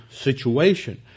situation